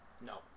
no